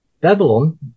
Babylon